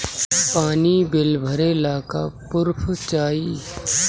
पानी बिल भरे ला का पुर्फ चाई?